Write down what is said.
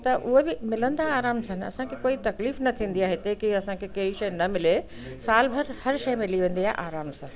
त उहे बि मिलनि था आराम सां न असांखे कोई तकलीफ़ न थींदी आहे हिते जी असांखे कहिड़ी शइ न मिले सालु भर हर शइ मिली वेंदी आहे आराम सां